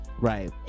Right